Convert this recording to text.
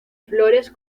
flores